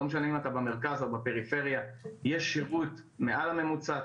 לא משנה אם אתה במרכז או בפריפריה יש שירות מעל לממוצע,